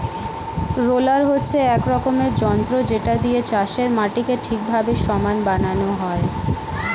roller হচ্ছে এক রকমের যন্ত্র যেটা দিয়ে চাষের মাটিকে ঠিকভাবে সমান বানানো হয়